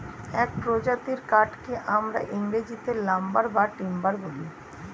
এক প্রজাতির কাঠকে আমরা ইংরেজিতে লাম্বার বা টিম্বার বলি